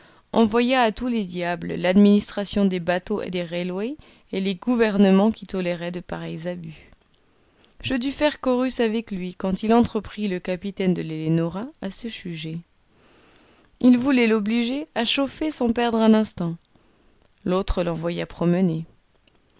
envoya à tous les diables l'administration des bateaux et des railways et les gouvernements qui toléraient de pareils abus je dus faire chorus avec lui quand il entreprit le capitaine de l'ellenora à ce sujet il voulait l'obliger à chauffer sans perdre un instant l'autre l'envoya promener